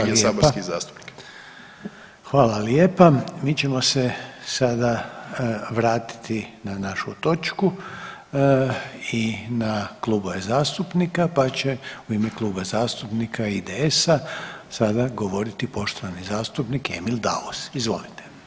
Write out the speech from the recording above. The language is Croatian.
Mi ćemo se sada vratiti na našu točku i na klubove zastupnika, pa će u ime Kluba zastupnika IDS-a sada govoriti poštovani zastupnik Emil Daus, izvolite.